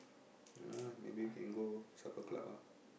ah maybe we can go Supper Club ah